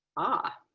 ah,